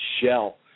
shell